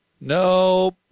Nope